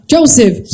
Joseph